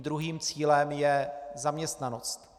Druhým cílem je zaměstnanost.